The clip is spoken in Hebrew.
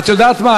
מותר, מותר.